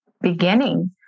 beginning